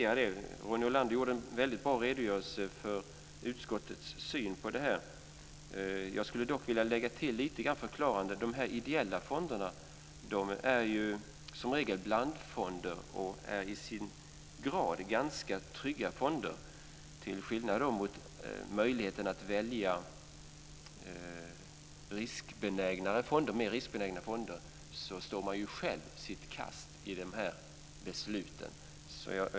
Ronny Olander gav en väldigt bra redogörelse för utskottets syn på det här. Jag skulle dock vilja lägga till en förklaring. De ideella fonderna är ju som regel blandfonder och är till sin karaktär ganska trygga fonder. Till skillnad från möjligheten att välja mer riskbenägna fonder står man själv sitt kast i de här besluten.